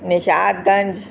Nishad Ganj